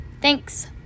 Thanks